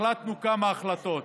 החלטנו כמה החלטות: